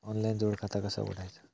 Online जोड खाता कसा उघडायचा?